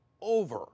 over